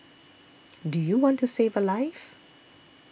do you want to save a life